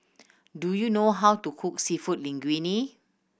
do you know how to cook Seafood Linguine